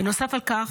ונוסף על כך,